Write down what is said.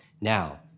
Now